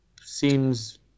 seems